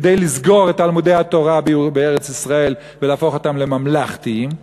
כדי לסגור את תלמודי-התורה בארץ-ישראל ולהפוך אותם לממלכתיים.